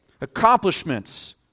accomplishments